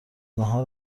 ناهار